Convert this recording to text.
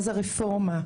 מאז הרפורמה,